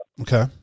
okay